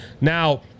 now